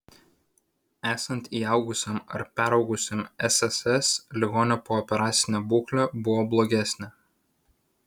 esant įaugusiam ar peraugusiam sss ligonio pooperacinė būklė buvo blogesnė